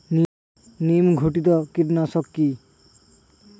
নিম ঘটিত কীটনাশক কি?